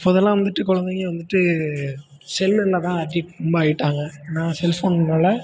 முதலாம் வந்துட்டு குழந்தைங்க வந்துட்டு செல்லில்தான் அடிக்ட் ரொம்ப ஆயிட்டாங்க ஆனால் செல் ஃபோன்னால்